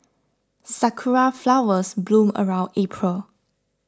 sakura flowers bloom around April